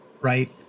right